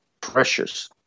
precious